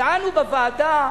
טענו בוועדה: